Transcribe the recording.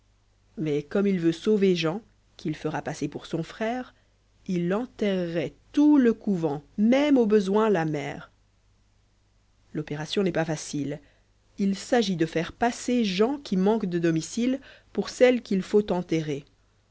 mais comme il veut sauver jean qu'il fera ppsser pour son frère il enterrerait tput lé couvent même au besoin la mère l'opération n'est pas facile il s'agit de faire passer jean qui manque de domicile pour celle qu'il faut enterrer